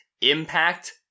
impact